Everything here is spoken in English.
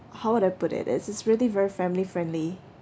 how do I put it it's just really very family friendly